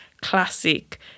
classic